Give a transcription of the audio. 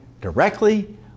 directly